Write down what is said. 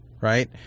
right